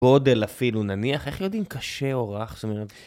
גודל אפילו, נניח, איך יודעים קשה או רך?